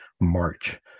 march